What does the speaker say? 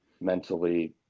mentally